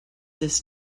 this